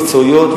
מקצועיות,